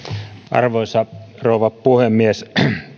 arvoisa rouva puhemies